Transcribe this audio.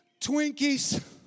Twinkies